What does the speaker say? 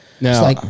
Now